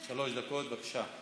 לרשותך שלוש דקות, בבקשה.